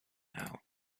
out